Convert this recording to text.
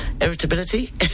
irritability